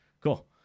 cool